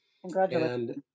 Congratulations